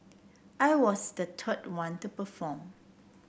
I was the third one to perform